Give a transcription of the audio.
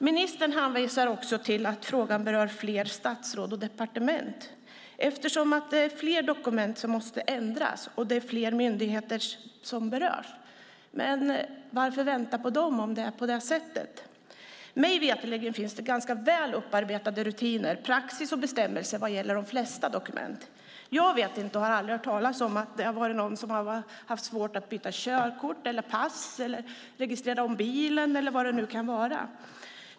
Ministern hänvisar också till att frågan berör fler statsråd och departement, eftersom det är fler dokument som måste ändras och fler myndigheter som berörs. Men varför vänta på dem om det är på det sättet? Mig veterligen finns det ganska väl upparbetade rutiner, praxis och bestämmelser vad gäller de flesta dokument. Jag vet inte och har aldrig hört talas om att det har varit någon som har haft svårt att byta körkort eller pass, registrera om bilen eller vad det nu kan vara.